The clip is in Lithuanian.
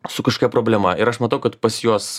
su kašokia problema ir aš matau kad pas juos